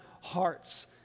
hearts